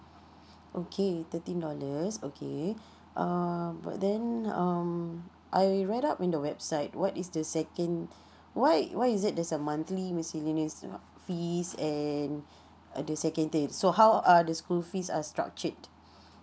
okay thirteen dollars okay uh but then um I read up in the website what is the second why why is it there's a monthly miscellaneous fees and uh the second tier so how uh the school fees are structured